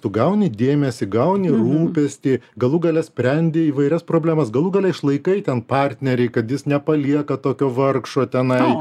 tu gauni dėmesį gauni rūpestį galų gale sprendi įvairias problemas galų gale išlaikai ten partnerį kad jis nepalieka tokio vargšo tenai